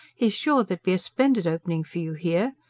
he's sure there'd be a splendid opening for you here.